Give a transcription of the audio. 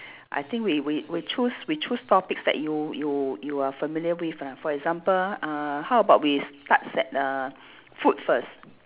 I think we we we choose we choose topics that you you you are familiar with ah for example uh how about we starts at uh food first